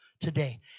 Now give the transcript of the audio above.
today